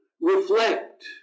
reflect